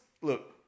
look